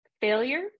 Failure